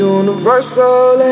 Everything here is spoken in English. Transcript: universal